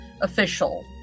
official